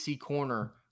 corner